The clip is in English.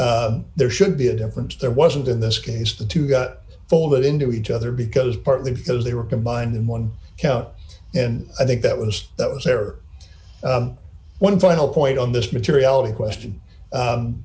there should be a difference there wasn't in this case the two got folded into each other because partly because they were combined in one count and i think that was that was there one final point on this materiality question